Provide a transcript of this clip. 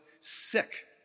sick